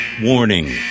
Warning